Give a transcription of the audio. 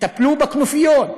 תטפלו בכנופיות.